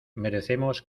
merecemos